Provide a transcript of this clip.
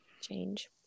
Change